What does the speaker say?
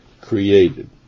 created